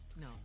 No